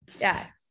Yes